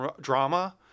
drama